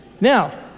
Now